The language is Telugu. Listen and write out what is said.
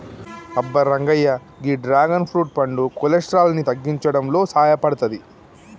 అబ్బ రంగయ్య గీ డ్రాగన్ ఫ్రూట్ పండు కొలెస్ట్రాల్ ని తగ్గించడంలో సాయపడతాది